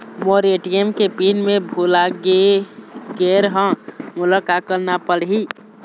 मोर ATM के PIN मैं भुला गैर ह, मोला का करना पढ़ही?